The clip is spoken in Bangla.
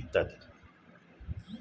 ইত্যাদি